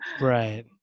Right